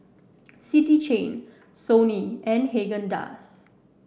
City Chain Sony and Haagen Dazs